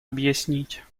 объяснить